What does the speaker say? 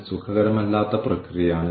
സമതുലിതമായ സ്കോർകാർഡിന്റെ ഉദാഹരണമാണിത്